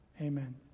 amen